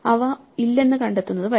അവ ഇല്ലെന്ന് കണ്ടെത്തുന്നത് വരെ